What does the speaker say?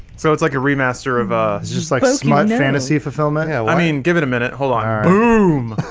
so it's like a remaster of ah just like it's my fantasy fulfillment yeah, i mean give it a minute hold on mmm